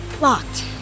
Locked